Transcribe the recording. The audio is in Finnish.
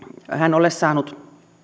hän ole saanut